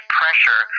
pressure